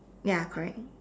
ya correct